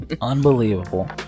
Unbelievable